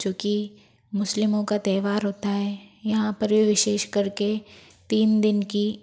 जो कि मुस्लिमों का त्यौहार होता है यहाँ पर भी विशेषकर के तीन दिन की